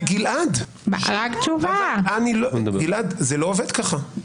גלעד, זה לא עובד כך.